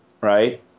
right